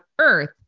earth